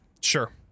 Sure